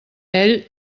ell